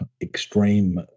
extreme